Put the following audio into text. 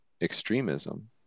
extremism